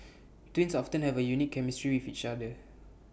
twins often have A unique chemistry with each other